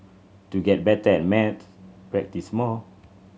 to get better at practice more